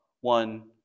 one